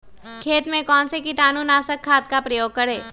खेत में कौन से कीटाणु नाशक खाद का प्रयोग करें?